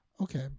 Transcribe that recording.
okay